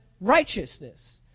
righteousness